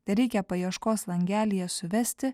tereikia paieškos langelyje suvesti